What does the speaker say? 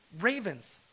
ravens